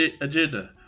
agenda